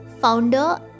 founder